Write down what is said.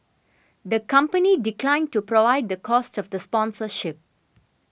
the company declined to provide the cost of the sponsorship